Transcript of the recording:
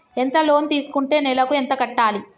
ఎంత లోన్ తీసుకుంటే నెలకు ఎంత కట్టాలి?